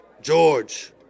George